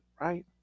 right